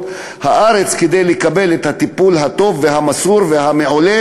הארץ כדי לקבל את הטיפול הטוב והמסור והמעולה